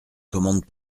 commande